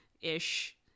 ish